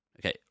Okay